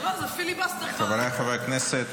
חבריי חברי הכנסת,